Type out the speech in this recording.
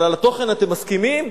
אבל על התוכן אתם מסכימים?